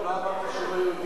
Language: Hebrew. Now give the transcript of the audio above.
לא אמרתי שהם לא יהודים,